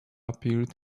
appeared